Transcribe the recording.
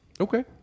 Okay